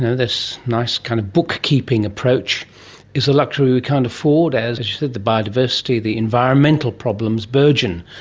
this nice kind of bookkeeping approach is a luxury we can't afford. as you said, the biodiversity, the environmental problems burgeon.